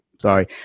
sorry